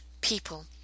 people